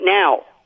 now